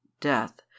death